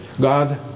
God